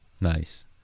Nice